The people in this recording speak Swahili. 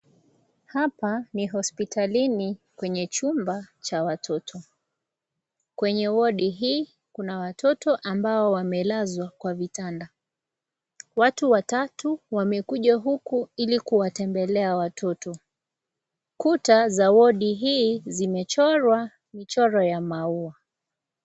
Hapa ni hospitalini kwenye chumba cha watoto. Kwenye wodi hii, kuna watoto ambao wamelazwa kwa vitanda. Watu watatu wamekuja huku, ili kuwatembelea watoto. Kuta za wodi hii imechorwa michoro ya maua.